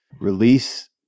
release